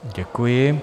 Děkuji.